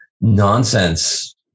nonsense